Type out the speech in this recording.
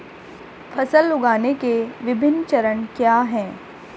फसल उगाने के विभिन्न चरण क्या हैं?